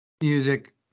Music